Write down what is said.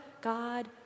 God